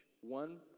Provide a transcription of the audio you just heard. One